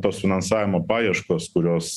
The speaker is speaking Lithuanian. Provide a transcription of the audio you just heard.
tos finansavimo paieškos kurios